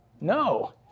No